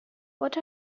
what